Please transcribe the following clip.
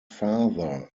father